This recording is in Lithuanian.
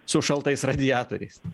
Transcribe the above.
su šaltais radiatoriais